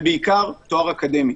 ובעיקר תואר אקדמי.